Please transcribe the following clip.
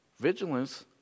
Vigilance